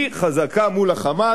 היא חזקה מול ה"חמאס".